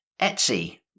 Etsy